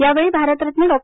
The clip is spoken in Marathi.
यावेळी भारत रत्न डॉ